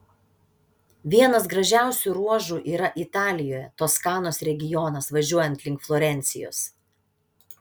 vienas gražiausių ruožų yra italijoje toskanos regionas važiuojant link florencijos